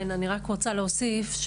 אני רוצה להוסיף,